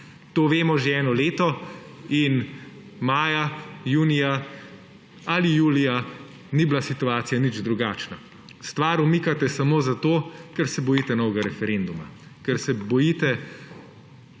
To vemo že eno leto in maja, junija ali julija ni bila situacija nič drugačna. Stvar umikate samo zato, ker se bojite novega referenduma, ker se bojite